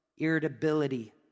Irritability